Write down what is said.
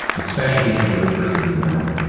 especially if you do it first thing in the morning.